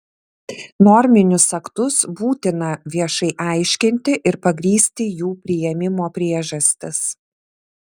norminius aktus būtina viešai aiškinti ir pagrįsti jų priėmimo priežastis